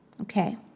Okay